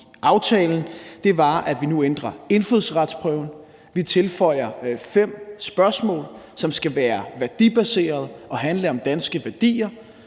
aftalen, var, at vi nu ændrer indfødsretsprøven. Vi tilføjer fem spørgsmål, som skal være værdibaserede og handle om danske værdier,